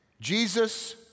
Jesus